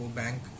bank